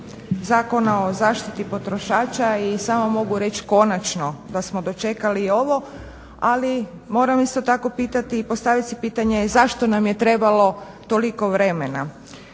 Zakona o zaštiti potrošača i samo mogu reći konačno da smo dočekali i ovo, ali moram isto tako pitati i postavit si pitanje, zašto nam je trebalo toliko vremena?